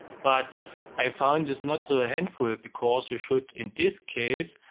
but i found this not so handful because you should, in this case,